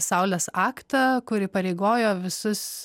saulės aktą kur įpareigojo visus